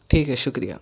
ٹھیک ہے شُکریہ